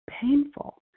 painful